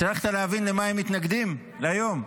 הצלחת להבין למה הם מתנגדים היום?